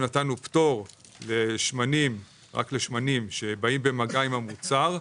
נתנו פטור לשמנים שבאים במגע עם המוצר,